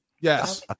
Yes